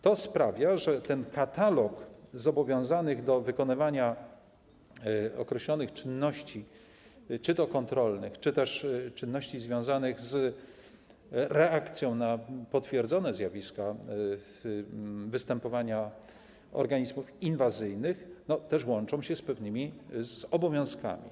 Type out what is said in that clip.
To sprawia, że ten katalog zobowiązanych do wykonywania określonych czynności - czy to kontrolnych, czy to związanych z reakcją na potwierdzone zjawiska występowania organizmów inwazyjnych - też łączy się z pewnymi obowiązkami.